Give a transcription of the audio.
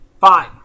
Fine